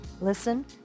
Listen